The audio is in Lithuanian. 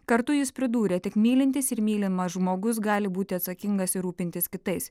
kartu jis pridūrė tik mylintys ir mylimas žmogus gali būti atsakingas ir rūpintis kitais